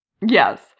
Yes